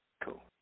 Cool